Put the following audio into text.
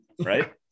right